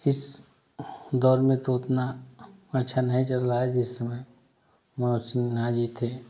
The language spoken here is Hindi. इस दौर में तो उतना अच्छा नहीं चल रहा है जिस समय मनोज सिन्हा जी थे